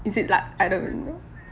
is it luck I don't even know